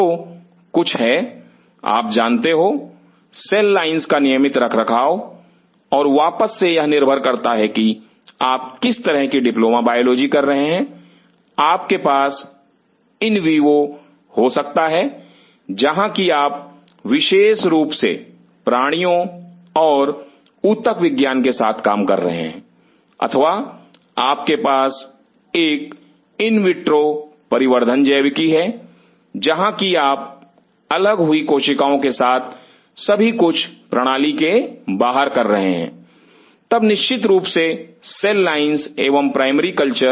तो कुछ है आप जानते हो सेल लाइंस का नियमित रखरखाव और वापस से यह निर्भर करता है कि आप किस तरह की डिप्लोमा बायोलॉजी कर रहे हैं आपके पास इन विवो हो सकता है जहां की आप विशेष रुप से प्राणियों और ऊतक विज्ञान के साथ कार्य कर रहे हैं अथवा आपके पास एक इन विट्रो परिवर्धन जैविकी है जहां की आप अलग हुई कोशिकाओं के साथ सभी कुछ प्रणाली के बाहर कर रहे हैं तब निश्चित रूप से सेल लाइंस एवं प्राइमरी कल्चर